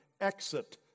exit